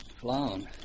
Flown